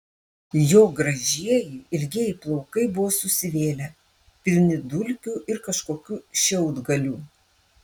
jo gražieji ilgieji plaukai buvo susivėlę pilni dulkių ir kažkokių šiaudgalių